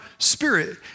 Spirit